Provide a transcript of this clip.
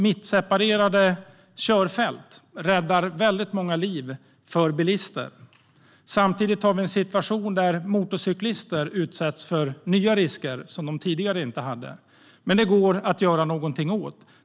Mittseparerade körfält räddar väldigt många liv för bilister samtidigt som motorcyklister utsätts för nya risker som de tidigare inte var utsatta för. Men detta går att göra någonting åt.